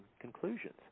conclusions